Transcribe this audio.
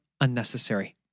unnecessary